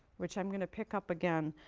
which i'm going to pick up again